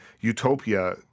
Utopia